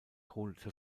holte